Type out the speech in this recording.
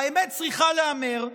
והאמת צריכה להיאמר,